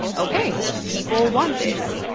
ok, people want this.